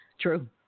True